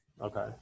Okay